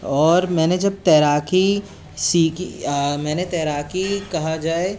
और मैंने जब तैराकी सीखी मैंने तैराकी कहा जाए